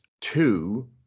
two